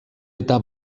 eta